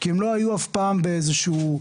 כי הם לא היו אף פעם באיזה שהוא מקום,